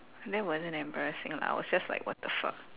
that wasn't embarrassing lah I was just like what the fuck